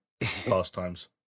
pastimes